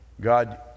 God